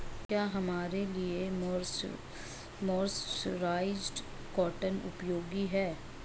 क्या हमारे लिए मर्सराइज्ड कॉटन उपयोगी है?